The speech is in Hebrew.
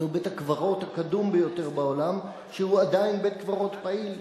הוא בית-הקברות הקדום ביותר בעולם שהוא עדיין בית-קברות פעיל.